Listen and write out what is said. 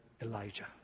Elijah